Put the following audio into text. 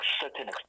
certain